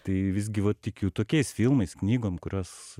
tai visgi va tikiu tokiais filmais knygom kurios